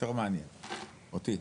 יותר מעניין אותי,